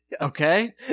Okay